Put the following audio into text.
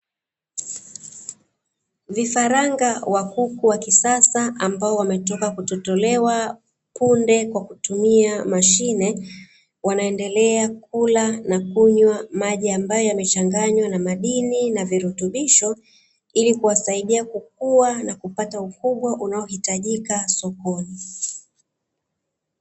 Vifaranga wa kuku wa kisasa ambao wametoka kutotolewa punde kwa kutumia mashine, wanaendelea kula na kunywa maji yaliyochanganywa na virutubisho ili kuwasaidia kukua na kupata ukubwa unaohitajika sokoni.